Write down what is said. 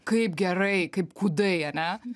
kaip gerai kaip kūdai ane